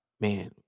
man